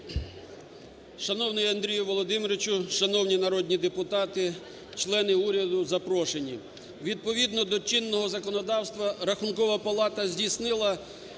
Шановний Андрію Володимировичу, шановні народні депутати, члени уряду, запрошені! Відповідно до чинного законодавства, Рахункова палата здійснила